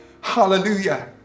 Hallelujah